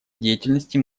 деятельности